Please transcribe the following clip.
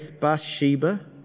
Bathsheba